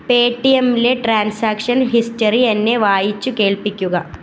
പേടിഎംമിലെ transaction history എന്നെ വായിച്ചു കേൾപ്പിക്കുക